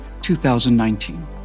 2019